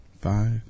Five